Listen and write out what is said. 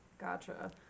Gotcha